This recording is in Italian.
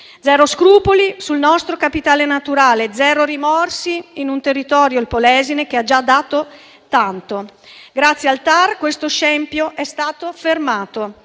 Zero scrupoli sul nostro capitale naturale, zero rimorsi in un territorio, il Polesine, che ha già dato tanto. Grazie al TAR questo scempio è stato fermato.